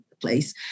place